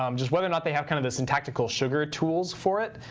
um just whether or not they have kind of the syntactical sugar tools for it,